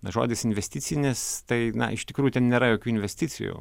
na žodis investicinis tai iš tikrųjų ten nėra jokių investicijų